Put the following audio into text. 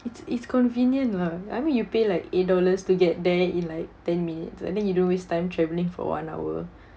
it's it's convenient lah I mean you pay like eight dollars to get there in like ten minutes and then you don't waste time traveling for one hour